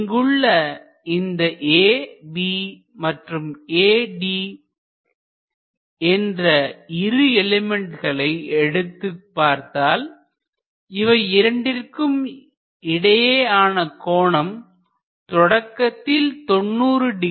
இங்கு உள்ள இந்த AB மற்றும் AD என்ற இரு எலிமெண்ட்களை எடுத்துப் பார்த்தால் இவை இரண்டிற்கும் இடையேயான கோணம் தொடக்கத்தில் 900 என்று இருந்தது They are now at an angle